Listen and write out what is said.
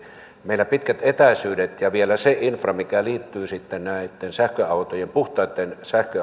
meillä on pitkät etäisyydet ja vielä se infra mikä liittyy sitten näitten puhtaitten sähköautojen